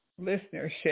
listenership